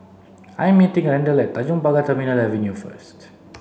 I am meeting Randle at Tanjong Pagar Terminal Avenue first